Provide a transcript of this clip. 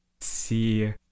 see